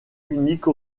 unique